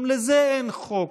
גם לזה אין חוק,